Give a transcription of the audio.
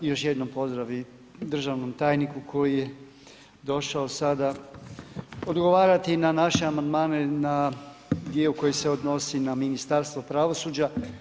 Još jednom pozdrav i državnom tajniku koji je došao sada odgovarati na naše amandmane na dio koji se odnosi na Ministarstvo pravosuđa.